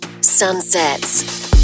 Sunsets